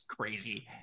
crazy